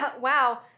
wow